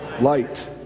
light